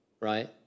right